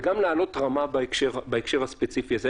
וגם לעלות רמה בהקשר הספציפי הזה.